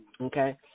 okay